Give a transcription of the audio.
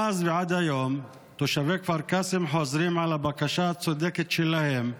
מאז ועד היום תושבי כפר קאסם חוזרים על הבקשה הצודקת שלהם,